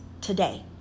today